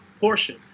portion